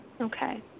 Okay